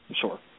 Sure